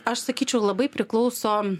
aš sakyčiau labai priklauso